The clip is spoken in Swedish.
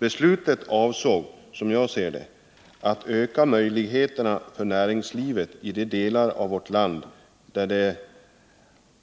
Beslutet avsåg, som jag ser det, att öka möjligheterna för näringslivet i de delar av vårt land där